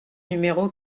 numéro